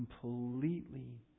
completely